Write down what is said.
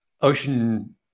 Ocean